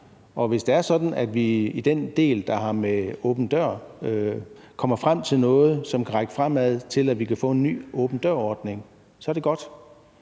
Og hvis det er sådan, at vi i den del, der har med åben dør-ordningen at gøre, kommer frem til noget, som kan række fremad mod, at vi kan få en ny åben dør-ordning, er det godt.